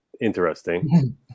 interesting